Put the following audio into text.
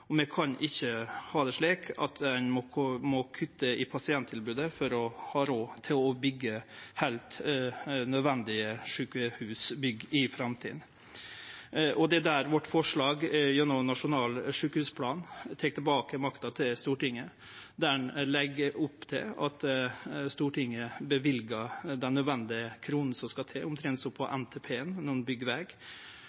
politikarar. Vi kan ikkje ha det slik at ein må kutte i pasienttilbodet for å ha råd til å byggje heilt nødvendige sjukehusbygg i framtida. Det er vårt forslag at ein gjennom Nasjonal sjukehusplan tek tilbake makta til Stortinget, og at ein legg opp til at Stortinget løyver dei nødvendige kronene som skal til,